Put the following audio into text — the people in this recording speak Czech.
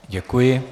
Děkuji.